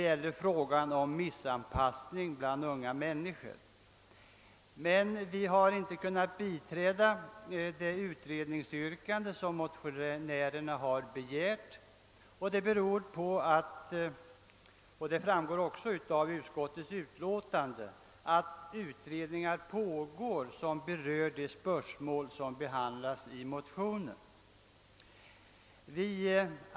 Vi har emellertid inte kunnat biträda motionärernas utredningsyrkande eftersom utredningar redan pågår som berör de spörsmål som behandlas i motionen.